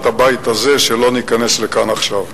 הבית הזה שלא ניכנס אליהם כאן עכשיו.